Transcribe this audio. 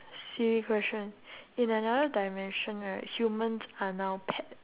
silly question in another dimension right humans are now pet